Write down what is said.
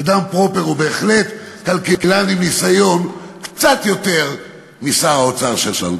ודן פרופר הוא בהחלט כלכלן עם קצת יותר ניסיון משר האוצר שיש לנו.